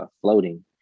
floating